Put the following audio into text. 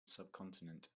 subcontinent